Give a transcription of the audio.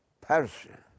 person